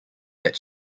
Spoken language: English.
that